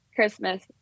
christmas